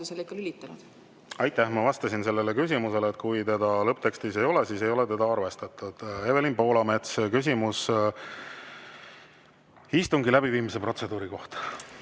päevakorda lülitanud? Aitäh! Ma vastasin sellele küsimusele: kui seda lõpptekstis ei ole, siis ei ole seda arvestatud. Evelin Poolamets, küsimus istungi läbiviimise protseduuri kohta!